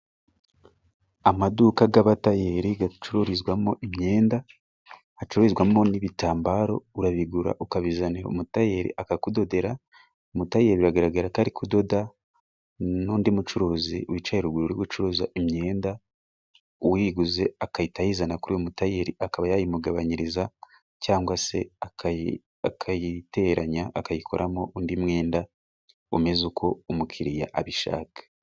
Amaduka g'abatayeri gacururizwamo imyenda, hacururizwamo n'ibitambaro. Urabigura ukabizanira umutayeri akakudodera. Umutayeri biragaragara ko ari kudoda, n'undi mucuruzi wicaye ruguru uri gucuruza imyenda. Uyiguze agahita ayizana kuri uyu mutayeri akaba yayimugabanyiriza, cyangwa se akayiteranya akayikoramo undi mwenda, umeze uko umukiriya abishaka.